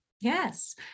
Yes